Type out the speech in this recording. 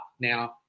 now